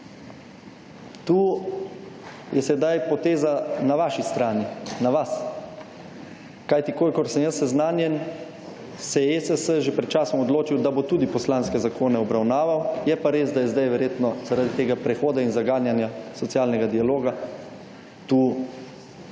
To je sedaj poteza na vaši strani, na vas. Kajti kolikor sem jaz seznanjen, se je ESS že pred časom odločil, da bo tudi poslanske zakone obravnaval, je pa res, da je zdaj verjetno zaradi tega prehoda in zaganjanja socialnega dialoga tu